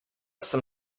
sem